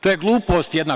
To je glupost jedna.